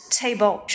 table